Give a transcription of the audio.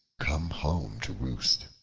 come home to roost.